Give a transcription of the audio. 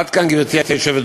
עד כאן, גברתי היושבת-ראש,